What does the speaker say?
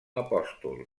apòstol